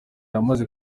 yamaze